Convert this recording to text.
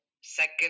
second